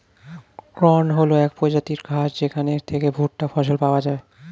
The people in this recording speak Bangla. কর্ন হল এক প্রজাতির ঘাস যেখান থেকে ভুট্টা ফসল পাওয়া যায়